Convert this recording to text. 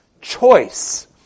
choice